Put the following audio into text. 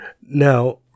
Now